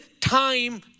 time